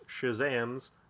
Shazam's